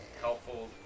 helpful